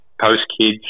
post-kids